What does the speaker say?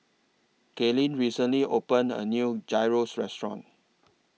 Kaylyn recently opened A New Gyros Restaurant